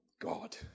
God